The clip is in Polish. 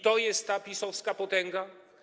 To jest ta PiS-owska potęga.